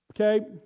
Okay